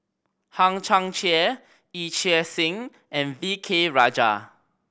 Hang Chang Chieh Yee Chia Hsing and V K Rajah